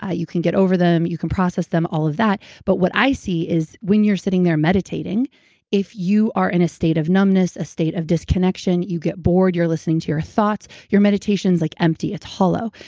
ah you can get over them. you can process them, all of that. but what i see is when you're sitting there meditating if you are in a state of numbness, a state of disconnection, you get bored, you're listening to your thoughts, your meditation's like empty it's hollow.